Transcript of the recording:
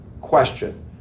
question